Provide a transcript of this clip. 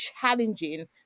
challenging